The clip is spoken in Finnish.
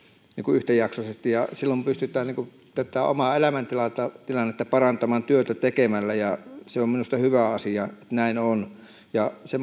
yhtäjaksoisesti silloin pystytään tätä omaa elämäntilannetta parantamaan työtä tekemällä ja se on minusta hyvä asia että näin on se